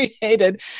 created